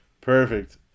Perfect